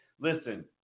Listen